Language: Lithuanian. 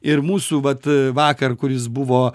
ir mūsų vat vakar kuris buvo